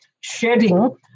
shedding